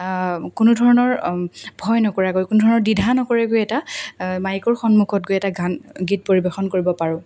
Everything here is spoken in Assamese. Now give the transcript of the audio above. কোনো ধৰণৰ ভয় নকৰাকৰাকৈ কোনো ধৰণৰ দিধা নকৰাকৈ এটা মাইকৰ সন্মুখত গৈ এটা গান গীত পৰিৱেশন কৰিব পাৰোঁ